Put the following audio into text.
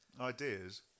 Ideas